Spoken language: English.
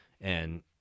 and-